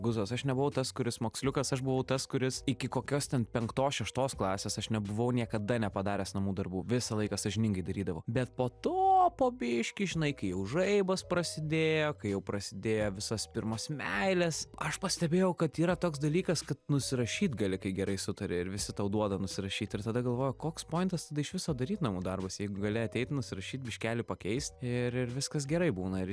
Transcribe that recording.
guzas aš nebuvau tas kuris moksliukas aš buvau tas kuris iki kokios ten penktos šeštos klasės aš nebuvau niekada nepadaręs namų darbų visą laiką sąžiningai darydavau bet po to po biškį žinai kai jau žaibas prasidėjo kai jau prasidėjo visos pirmos meilės aš pastebėjau kad yra toks dalykas kad nusirašyt gali kai gerai sutari ir visi tau duoda nusirašyt ir tada galvoju koks pointas tada iš viso daryt namų darbus jeigu gali ateit nusirašyt biškelį pakeist ir ir viskas gerai būna ir